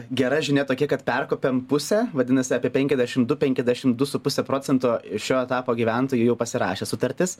gera žinia tokia kad perkopėm pusę vadinasi apie penkiasdešim du penkiasdešim du su puse procento šio etapo gyventojų jau pasirašė sutartis